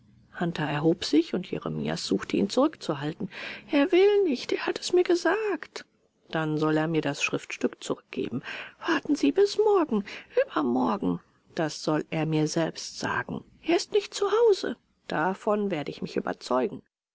hunter erhob sich und jeremias suchte ihn zurückzuhalten er will nicht er hat es mir gesagt dann soll er mir das schriftstück zurückgeben warten sie bis morgen übermorgen das soll er mir selbst sagen er ist nicht zu hause davon werde ich mich überzeugen